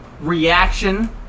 reaction